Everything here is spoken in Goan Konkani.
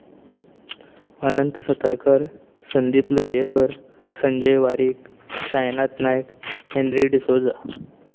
अनंत सतरकर संदीप लोलयेकर संजय वारीक शायनात नायक हेन्री डिसौझा